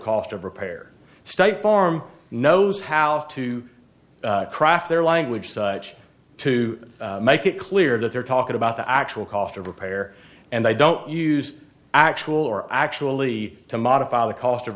cost of repair state farm knows how to craft their language so to make it clear that they're talking about the actual cost of repair and i don't use actual or actually to modify the cost of